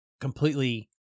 completely